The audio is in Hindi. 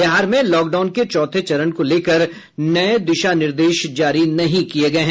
बिहार में लॉकडाउन के चौथे चरण को लेकर नये दिशा निर्देश जारी नहीं किये गये हैं